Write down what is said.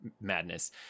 madness